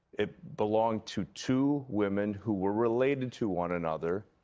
it belonged to two women who were related to one another.